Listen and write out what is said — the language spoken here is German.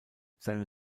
seine